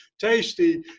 tasty